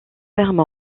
ferme